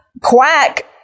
quack